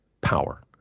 power